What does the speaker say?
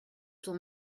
ton